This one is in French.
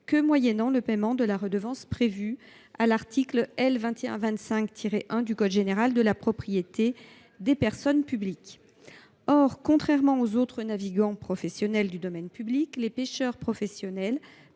que moyennant le paiement de la redevance prévue à l’article L. 2125 1 du code général de la propriété des personnes publiques. Or contrairement aux autres navigants professionnels du domaine public, les pêcheurs professionnels